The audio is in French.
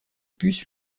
puce